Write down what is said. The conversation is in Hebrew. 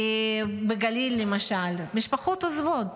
בגליל, למשל, משפחות עוזבות.